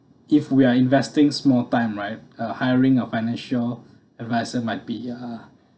if we are investing small time right a hiring of financial advisor might be uh